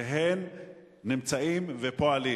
אם אתה מצופף ומצופף ומצופף,